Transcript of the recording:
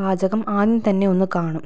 പാചകം ആദ്യം തന്നെ ഒന്ന് കാണും